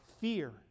fear